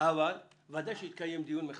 אבל ודאי שיתקיים דיון מחדש,